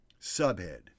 Subhead